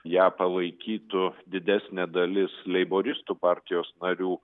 ją palaikytų didesnė dalis leiboristų partijos narių